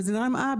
וזה נראה להם אה,